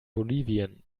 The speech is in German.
bolivien